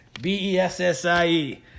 B-E-S-S-I-E